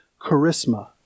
charisma